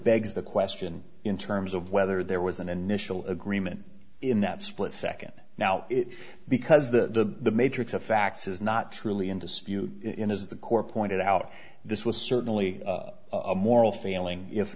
begs the question in terms of whether there was an initial agreement in that split second now it because the matrix of facts is not truly in dispute in is the core pointed out this was certainly a moral failing if